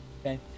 Okay